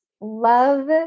love